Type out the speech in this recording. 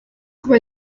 kuba